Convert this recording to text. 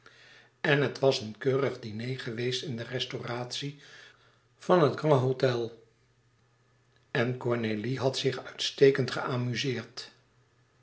en het was een keurig diner geweest in de restauratie van het grand-hôtel en cornélie had zich uitstekend geamuzeerd